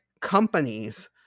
companies